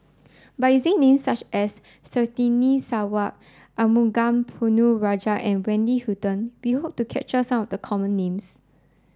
by using names such as Surtini Sarwan Arumugam Ponnu Rajah and Wendy Hutton we hope to capture some of the common names